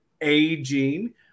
aging